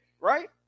right